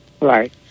Right